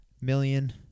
million